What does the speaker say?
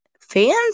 fans